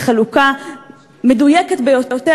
בחלוקה מדויקת ביותר,